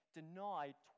denied